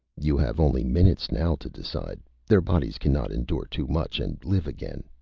you have only minutes now to decide! their bodies cannot endure too much, and live again.